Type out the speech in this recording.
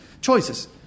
choices